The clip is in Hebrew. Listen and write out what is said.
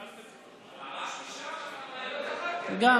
הרעש משם, ואתה מעיר פה.